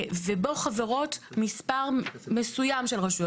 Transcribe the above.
ובו חברות מספר מסוים של רשויות מקומיות.